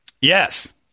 Yes